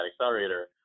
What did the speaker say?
accelerator